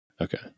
Okay